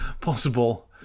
possible